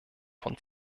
von